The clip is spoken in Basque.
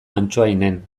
antsoainen